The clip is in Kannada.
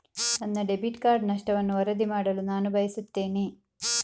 ನನ್ನ ಡೆಬಿಟ್ ಕಾರ್ಡ್ ನಷ್ಟವನ್ನು ವರದಿ ಮಾಡಲು ನಾನು ಬಯಸುತ್ತೇನೆ